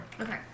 Okay